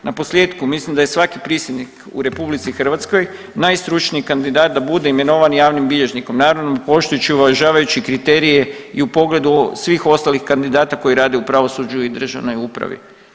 Na posljetku mislim da je svaki prisjednik u RH najstručniji kandidat da bude imenovan javnim bilježnikom, naravno poštujući i uvažavajući kriterije i u pogledu svih ostalih kandidata koji rade u pravosuđu i državnoj upravi.